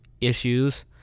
Issues